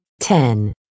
Ten